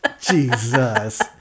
jesus